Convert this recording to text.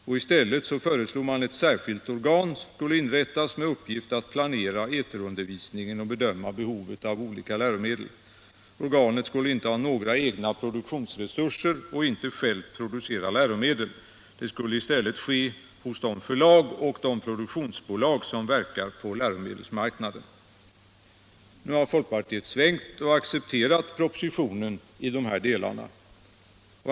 I stället föreslog folkpartiet att ett särskilt organ skall inrättas med uppgift att planera eterundervisningen och bedöma behovet av olika läromedel. Organet skulle inte ha några egna produktionsresurser och inte självt producera läromedel. Det skulle i stället ske hos de förlag och produktionsbolag som verkar på läromedelsmarknaden. Nu har folkpartiet svängt och accepterat propositionen i dessa delar.